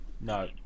No